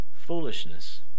Foolishness